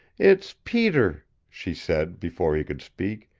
it's peter, she said, before he could speak.